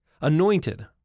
anointed